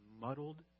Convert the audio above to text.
muddled